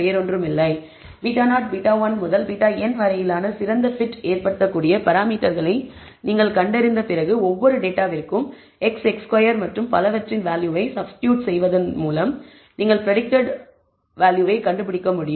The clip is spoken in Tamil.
β0 β1 முதல் βn வரையிலான சிறந்த பிட் செய்யக்கூடிய பராமீட்டர்களை நீங்கள் கண்டறிந்த பிறகு ஒவ்வொரு டேட்டாவிற்கும் x x2 மற்றும் பலவற்றின் வேல்யூவை சப்சிடியூட் செய்வதன் மூலம் நீங்கள் பிரடிக்ட் செய்ய முடியும்